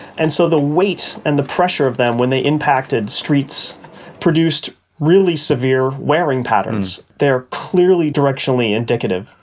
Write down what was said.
and so the weight and the pressure of them when they impacted streets produced really severe wearing patterns. they are clearly directionally indicative.